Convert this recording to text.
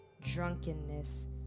drunkenness